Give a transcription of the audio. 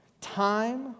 time